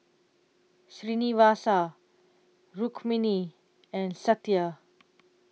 Srinivasa Rukmini and Satya